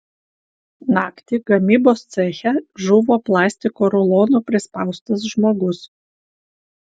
naktį gamybos ceche žuvo plastiko rulono prispaustas žmogus